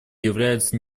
являются